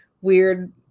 weird